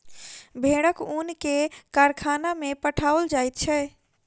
भेड़क ऊन के कारखाना में पठाओल जाइत छै